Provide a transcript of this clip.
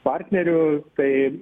partnerių tai